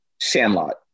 Sandlot